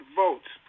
votes